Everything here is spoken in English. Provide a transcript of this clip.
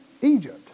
Egypt